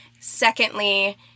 Secondly